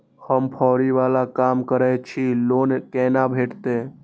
हम फैरी बाला काम करै छी लोन कैना भेटते?